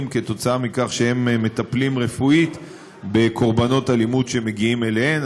אליה עקב כך שהם מטפלים רפואית בקורבנות אלימות שמגיעים אליהם.